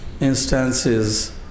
instances